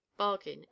Bargain